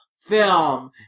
film